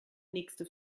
nächste